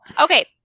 Okay